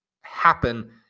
happen